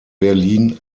berlin